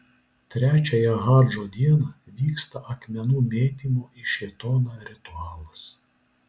trečiąją hadžo dieną vyksta akmenų mėtymo į šėtoną ritualas